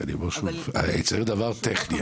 אני צריך דבר טכני,